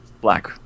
black